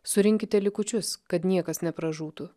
surinkite likučius kad niekas nepražūtų